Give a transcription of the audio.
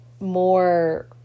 more